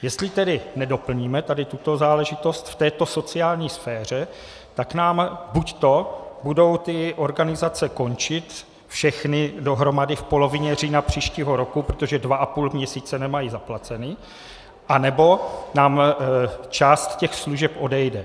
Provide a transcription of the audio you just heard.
Jestli tedy nedoplníme tuto záležitost v této sociální sféře, tak nám buď budou ty organizace končit všechny dohromady v polovině října příštího roku, protože 2,5 měsíce nemají zaplaceno, nebo nám část těch služeb odejde.